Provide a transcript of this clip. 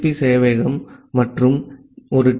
B சேவையகம் மற்றும் ஒரு டி